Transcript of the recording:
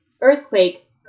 earthquake